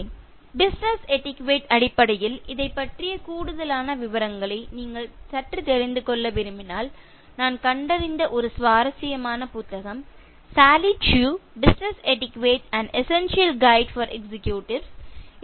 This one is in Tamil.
Refer Slide time 3033 business etiquette அடிப்படையில் இதைப் பற்றிய கூடுதல் விவரங்களை நீங்கள் சற்று தெரிந்து கொள்ள விரும்பினால் நான் கண்டறிந்த ஒரு சுவாரசியமான புத்தகம் Sally Chew business etiquette an essential guide for executives Sally Chew Business Etiquette An Essential Guide for Executives